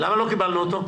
למה לא קיבלנו אותו?